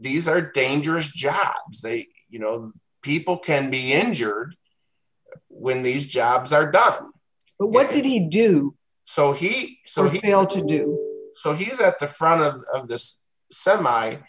these are dangerous jobs they you know people can be injured when these jobs are done but what did he do so he so he'll to do so he's at the front of this semi